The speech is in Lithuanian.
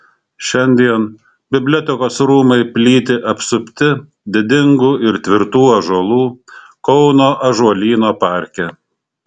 šiandien bibliotekos rūmai plyti apsupti didingų ir tvirtų ąžuolų kauno ąžuolyno parke